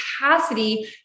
capacity